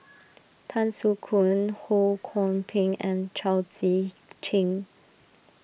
Tan Soo Khoon Ho Kwon Ping and Chao Tzee Cheng